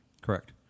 Correct